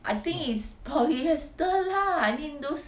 I think it's polyester lah I mean those